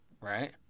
right